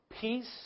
peace